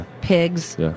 pigs